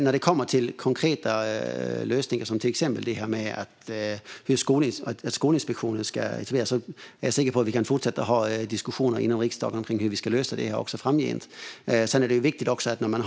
När det gäller konkreta lösningar, till exempel att Skolinspektionen ska intervenera, är jag säker på att vi kan fortsätta att ha diskussioner i riksdagen om hur vi ska lösa detta framgent. Vi har tidigare skrivit ihop saker i utskottet.